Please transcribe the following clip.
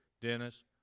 Dennis